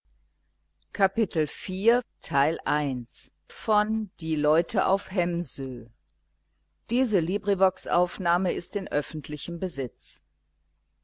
bauer auf hemsö und